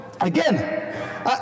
again